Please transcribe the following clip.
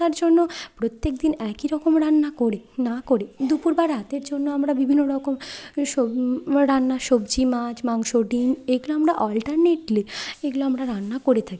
তার জন্য প্রত্যেক দিন একই রকম রান্না করে না করে দুপুর বা রাতের জন্য আমরা বিভিন্ন রকম রান্নার সবজি মাছ মাংস ডিম এগুলো আমরা অল্টারনেটলি এগুলো আমরা রান্না করে থাকি